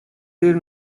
дээр